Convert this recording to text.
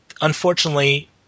unfortunately